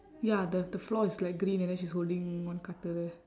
ya the the floor is like green and then she's holding one cutter